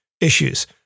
issues